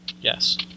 Yes